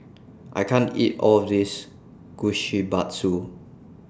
I can't eat All of This Kushikatsu